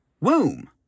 womb